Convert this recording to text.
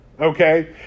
Okay